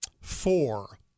four